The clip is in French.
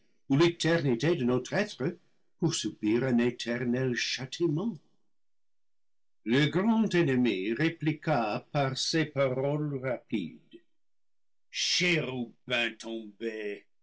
ou l'éternité de notre être pour subir un éternel châ timent le grand ennemi répliqua par ces paroles rapides chérubin tombé